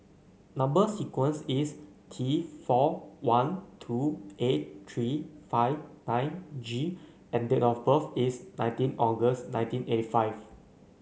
number sequence is T four one two eight three five nine G and date of birth is nineteen August nineteen eighty five